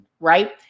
right